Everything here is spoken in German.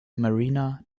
marina